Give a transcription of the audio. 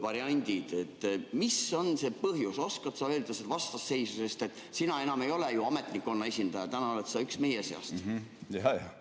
variandid. Mis on see põhjus, oskad sa öelda selle vastasseisu kohta? Sina enam ei ole ju ametnikkonna esindaja, täna oled sa üks meie seast. Tänan,